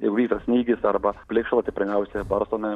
jeigu yra snygis arba plikšala tai pirmiausia barstome